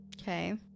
Okay